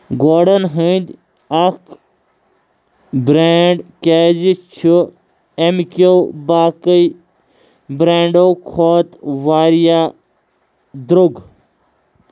گوڑن ہٕنٛدۍ اکھ بریٚنڑ کیٛازِ چھ اَمہِ کیٚو باقٕے بریٚنڑو کھۄتہٕ واریاہ درٛوگ